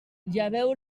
lleveu